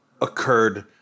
occurred